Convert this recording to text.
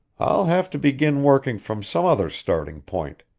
i'll have to begin working from some other starting point.